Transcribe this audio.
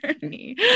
journey